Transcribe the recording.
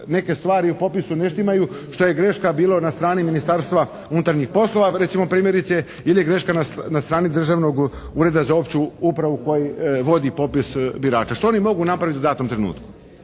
neke stvari u popisu ne štimaju što je greška bila na strani Ministarstva unutarnjih poslova recimo primjerice ili je greška na strani Državnog ureda za opću upravu koji vodi popis birača. Što oni mogu napraviti u datom trenutku?